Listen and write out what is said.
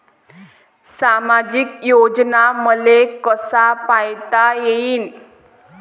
सामाजिक योजना मले कसा पायता येईन?